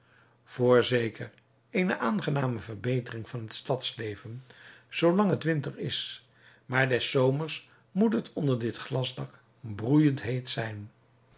voorzeker eene aangename verbetering van het stadsleven zoolang het winter is maar des zomers moet het onder dit glasdak broeijend heet zijn